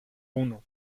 uno